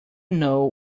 know